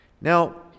Now